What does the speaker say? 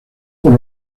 por